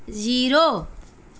zero